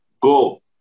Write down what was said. go